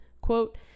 quote